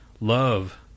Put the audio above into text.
love